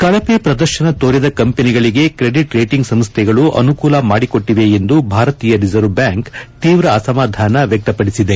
ಕಳಪೆ ಪ್ರದರ್ಶನ ತೋರಿದ ಕಂಪೆನಿಗಳಿಗೆ ಕ್ರೆಡಿಟ್ ರೇಟಿಂಗ್ ಸಂಸ್ದೆಗಳು ಅನುಕೂಲ ಮಾಡಿಕೊಟ್ಟಿವೆ ಎಂದು ಭಾರತೀಯ ರಿಸರ್ವ್ ಬ್ಯಾಂಕ್ ತೀವ್ರ ಅಸಮಾಧಾನ ವ್ಯಕ್ತಪದಿಸಿದೆ